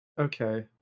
okay